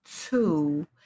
two